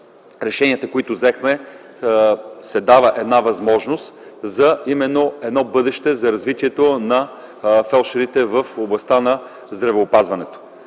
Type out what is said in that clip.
решенията, които взехме, се дава възможност именно за едно бъдещо развитие на фелдшерите в областта на здравеопазването.